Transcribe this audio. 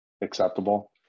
acceptable